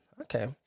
okay